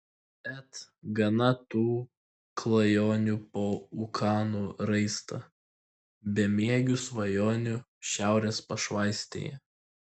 et gana tų klajonių po ūkanų raistą bemiegių svajonių šiaurės pašvaistėje